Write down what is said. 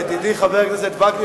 ידידי חבר הכנסת וקנין,